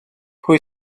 pwy